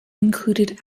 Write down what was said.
included